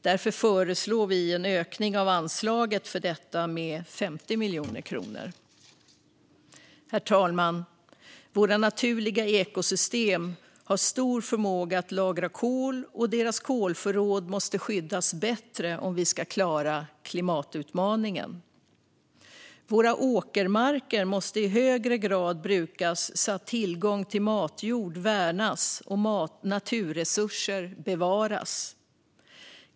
Därför föreslår vi en ökning av anslaget för detta med 50 miljoner kronor. Herr talman! Våra naturliga ekosystem har stor förmåga att lagra kol, och dessa kolförråd måste skyddas bättre om vi ska klara klimatutmaningen. Våra åkermarker måste i högre grad brukas så att tillgång till matjord värnas och naturresurser bevaras.